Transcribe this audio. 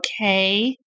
okay